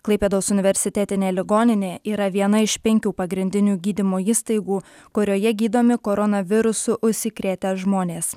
klaipėdos universitetinė ligoninė yra viena iš penkių pagrindinių gydymo įstaigų kurioje gydomi koronavirusu užsikrėtę žmonės